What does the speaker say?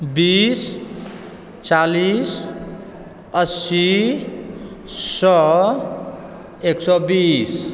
बीस चालीस अस्सी सए एक सए बीस